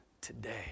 today